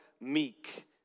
meek